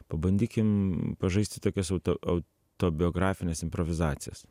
pabandykim pažaisti tokias autobiografines improvizacijas